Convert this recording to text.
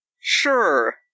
Sure